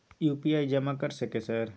UPI जमा कर सके सर?